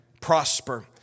prosper